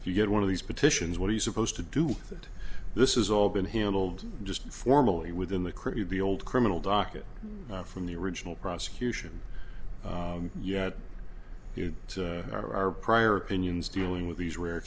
if you get one of these petitions what are you supposed to do that this is all been handled just formally within the crew the old criminal docket from the original prosecution yet you are prior opinions dealing with these rare